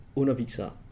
undervisere